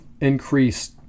increased